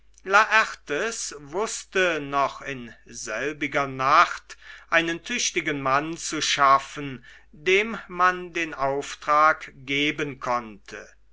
wußte noch in selbiger nacht einen tüchtigen mann zu schaffen dem man den auftrag geben konnte